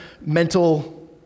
mental